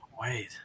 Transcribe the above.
wait